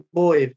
boy